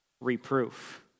reproof